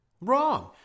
Wrong